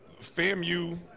FAMU